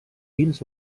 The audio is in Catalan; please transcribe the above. dins